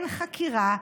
אין חקירה,